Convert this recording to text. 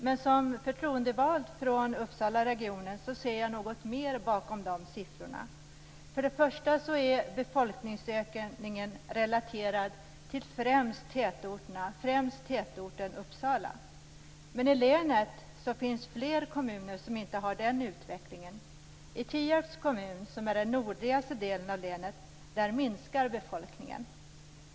Men som förtroendevald från Uppsalaregionen ser jag något mer bakom dessa siffror. Befolkningsökningen är relaterad till främst tätorterna, i första hand tätorten Uppsala. Men i länet finns fler kommuner som inte har den utvecklingen. I Tierps kommun, som utgör den nordligaste delen av länet, minskar befolkningen.